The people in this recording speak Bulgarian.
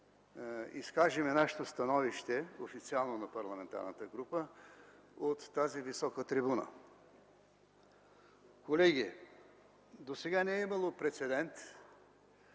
изкажем нашето официално становище на парламентарната група от тази висока трибуна. Колеги, досега не е имало прецедент